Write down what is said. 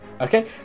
Okay